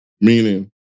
Meaning